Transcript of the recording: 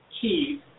keys